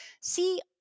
see